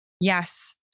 yes